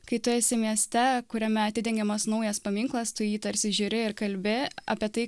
kai tu esi mieste kuriame atidengiamas naujas paminklas tu į jį tarsi žiūri ir kalbi apie tai